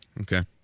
Okay